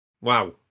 Wow